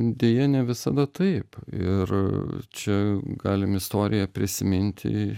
deja ne visada taip ir čia galim istoriją prisiminti